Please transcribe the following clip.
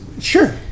Sure